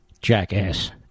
jackass